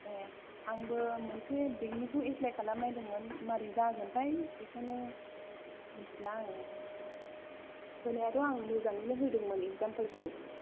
ए आंबो मोनसे बेंकनिखौ एप्लाइ खालामनायदोंमोन माबोरै जागोनथाय बेखौनो मिनथिला आङो होनायाथ' आङो मोजाङैनो होदोंमोन इक्जामफोरखौ